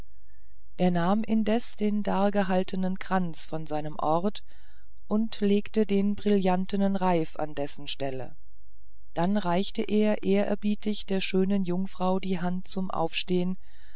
er nahm indes den dargehaltenen kranz von seinem ort und legte den brillantenen reif an dessen stelle dann reichte er ehrerbietig der schönen jungfrau die hand zum aufstehen